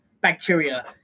bacteria